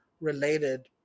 related